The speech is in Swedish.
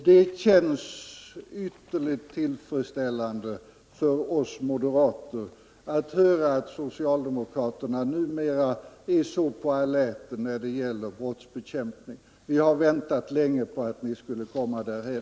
Herr talman! Det känns ytterligt tillfredsställande för oss moderater att höra att socialdemokraterna numera är så på alerten när det gäller brottsbekämpning. Vi har väntat länge på att ni skulle komma därhän.